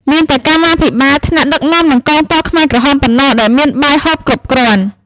មានតែកម្មាភិបាល ថ្នាក់ដឹកនាំ និងកងទ័ពខ្មែរក្រហមប៉ុណ្ណោះដែលមានបាយហូបគ្រប់គ្រាន់។